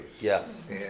Yes